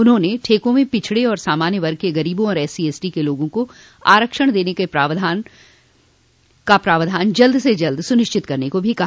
उन्होंने ठेकों में पिछड़े व सामान्य वर्ग के ग़रीबों आर एससीएसटी के लोगों को आरक्षण देने का प्रावधान जल्द से जल्द सुनिश्चित करने को भी कहा